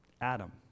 Adam